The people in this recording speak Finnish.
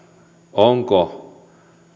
onko